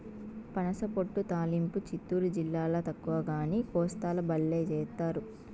పనసపొట్టు తాలింపు చిత్తూరు జిల్లాల తక్కువగానీ, కోస్తాల బల్లే చేస్తారు